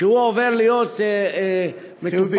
כשהוא עובר להיות, סיעודי.